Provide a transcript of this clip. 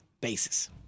basis